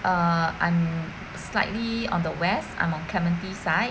err I'm slightly on the west I'm on clementi side